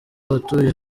abatuye